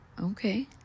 Okay